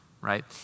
right